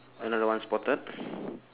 another one spotted